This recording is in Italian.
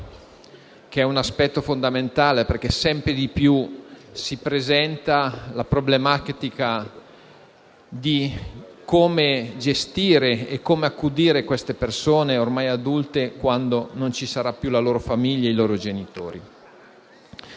che è un aspetto fondamentale. Infatti, sempre di più si presenta la problematica di come gestire e accudire queste persone ormai adulte quando non ci saranno più la loro famiglia e i loro genitori.